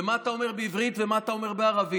ומה אתה אומר בעברית ומה אתה אומר בערבית.